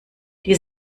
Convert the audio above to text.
die